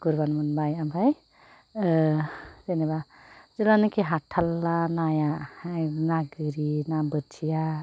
गुरबानो मोनबाय ओमफ्राय ओह जेनोबा जेलानाखि हाथारला नाया ना गोरि ना बोथिया